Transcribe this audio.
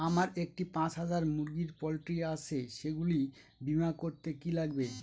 আমার একটি পাঁচ হাজার মুরগির পোলট্রি আছে সেগুলি বীমা করতে কি লাগবে?